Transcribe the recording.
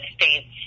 States